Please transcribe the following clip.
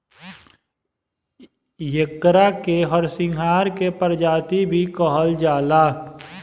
एकरा के हरसिंगार के प्रजाति भी कहल जाला